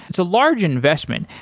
it's a large investment.